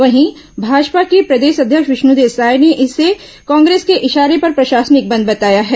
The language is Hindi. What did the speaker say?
वहीं भाजपा के प्रदेश अध्यक्ष विष्णुदेव साय ने इसे कांग्रेस के इशारे पर प्रशासनिक बंद बताया है